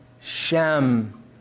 Shem